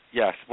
yes